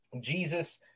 Jesus